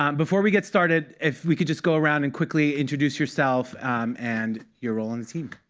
um before we get started, if we could just go around and quickly introduce yourself and your role on the team.